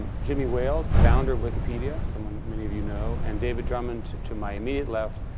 jimmy wales, founder of wikipedia, someone many of you know. and david drummond to my immediate left,